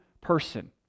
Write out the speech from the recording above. person